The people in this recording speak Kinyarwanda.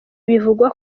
bivugwa